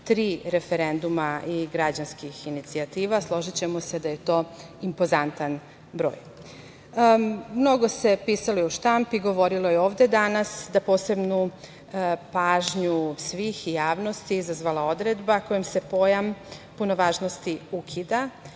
223 referenduma i građanskih inicijativa. Složićemo se da je to imponzantan broj. Mnogo se pisalo i u štampi, govorilo se ovde danas da je posebnu pažnju svih, i javnosti, i odredba kojom se pojam punovažnosti ukida.